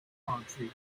country